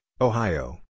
Ohio